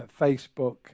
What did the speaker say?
Facebook